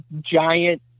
giant